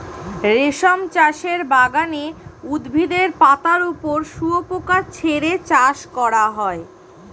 রেশম চাষের বাগানে উদ্ভিদের পাতার ওপর শুয়োপোকা ছেড়ে চাষ করা হয়